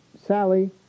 Sally